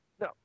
No